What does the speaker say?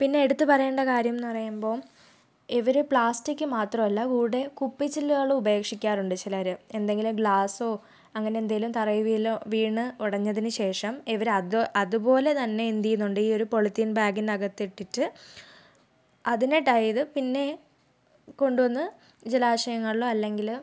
പിന്നെ എടുത്ത് പറയേണ്ട കാര്യം എന്ന് പറയുമ്പം ഇവർ പ്ലാസ്റ്റിക് മാത്രമല്ല കൂടെ കുപ്പിച്ചില്ലുകൾ ഉപേക്ഷിക്കാറുണ്ട് ചിലർ എന്തെങ്കിലും ഗ്ലാസോ അങ്ങനെ എന്തെങ്കിലും തറയിൽ വീലോ വീണ് ഉടഞ്ഞതിന് ശേഷം ഇവർ അത് അതുപോലെ തന്നെ എന്ത് ചെയ്യുന്നുണ്ട് ഈ ഒരു പോളിതീൻ ബാഗിനകത്ത് ഇട്ടിട്ട് അതിനെ ടൈ ചെയ്ത് പിന്നെ കൊണ്ടുവന്ന് ജലാശയങ്ങളിലോ അല്ലെങ്കിൽ